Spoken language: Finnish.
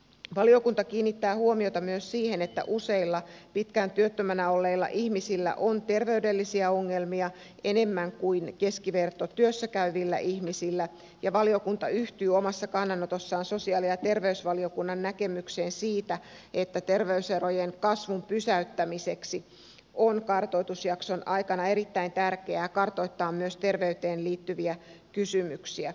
valiokunta kiinnittää huomiota myös siihen että useilla pitkään työttömänä olleilla ihmisillä on terveydellisiä ongelmia enemmän kuin keskivertoisilla työssä käyvillä ihmisillä ja valiokunta yhtyy omassa kannanotossaan sosiaali ja terveysvaliokunnan näkemykseen siitä että terveyserojen kasvun pysäyttämiseksi on erittäin tärkeää kartoitusjakson aikana kartoittaa myös terveyteen liittyviä kysymyksiä